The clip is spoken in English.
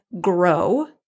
grow